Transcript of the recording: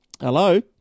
Hello